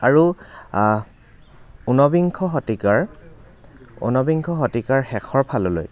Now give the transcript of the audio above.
আৰু ঊনবিংশ শতিকাৰ ঊনবিংশ শতিকাৰ শেষৰ ফাললৈ